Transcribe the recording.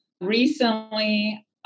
recently